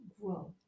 grow